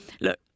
look